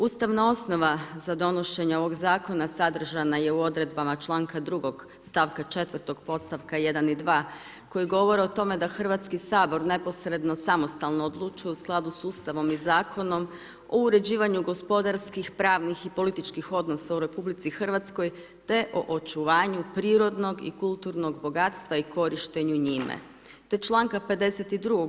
Ustavna osnova za donošenje ovog zakona, sadržana je u odredbama čl. 2. stavka 4 podstavka 1. i 2. koji govore o tome da Hrvatski sabor, neposredno, samostalno odlučuje u skladu sa Ustavom i zakonom o uređivanju gospodarskih, pravnih i političkih odnosa u RH te o očuvanju prirodnog i kulturnog bogatstva i korištenju njime, te čl. 52.